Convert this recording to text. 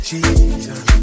Jesus